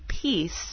peace